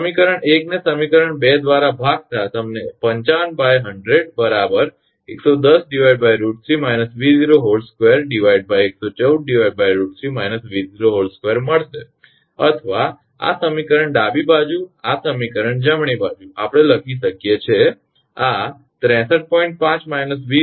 સમીકરણ 1 ને સમીકરણ 2 દ્વારા ભાગતા તમને 55100 110√3−𝑉02 114√3−𝑉02 મળશે અથવા આ સમીકરણ ડાબી બાજુ આ સમીકરણ જમણી બાજુ આપણે લખી શકીએ છીએ આ 63